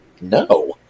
no